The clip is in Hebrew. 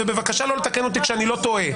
ובבקשה לא לתקן אותי כשאני לא טועה.